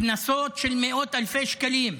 קנסות של מאות אלפי שקלים,